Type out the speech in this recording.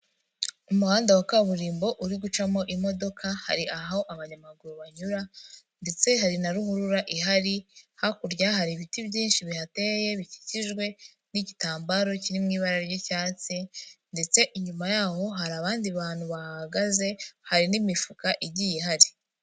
Umuhanda wa kaburimbo uri gucamo imodoka, hari aho abanyamaguru banyura ndetse hari na ruhurura ihari, hakurya hari ibiti byinshi bihateye bikikijwe n'igitambaro kiri mu ibara ry'icyatsi ndetse inyuma yaho hari abandi bantu bahahagaze, hari n'imifuka igiye ihari.